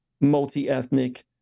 multi-ethnic